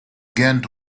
ghent